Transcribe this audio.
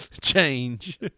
Change